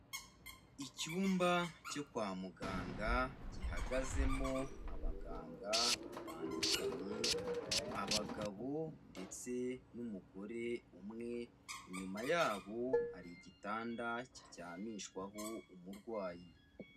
Icyumba cyo kwa muganga gihagazemo abaganga batandukanye, abagabo ndetse n'umugore umwe, inyuma yabo hari igitanda kiryamishwaho umurwayi.